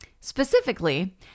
Specifically